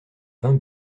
vingt